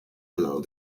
below